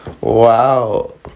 Wow